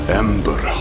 ember